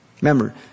Remember